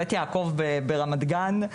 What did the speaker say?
בית יעקב ברמת גן,